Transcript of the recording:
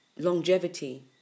longevity